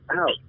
out